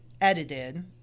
edited